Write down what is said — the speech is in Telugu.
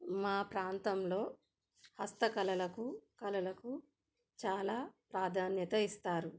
మా ప్రాంతంలో హస్తకళలకు కళలకు చాలా ప్రాధాన్యత ఇస్తారు